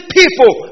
people